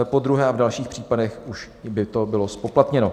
Podruhé a v dalších případech už by to bylo zpoplatněno.